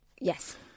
Yes